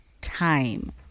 time